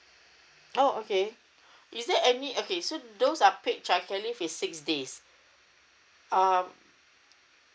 oh okay is there any okay so those are paid childcare leave is six days um